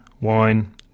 wine